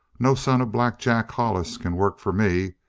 no son of black jack hollis can work for me.